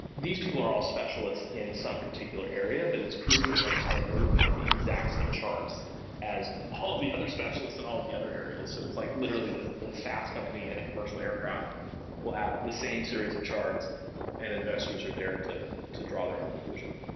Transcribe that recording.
these people are all specialists in some particular area, but it's crucial to understand. they're looking at the exact same charts as all of the other specialists in and all of the other areas. so it's like literally the the saas company and a commercial aircraft will have the same series of charts and investors are there to to draw their own conclusions.